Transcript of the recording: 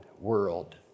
world